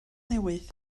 newydd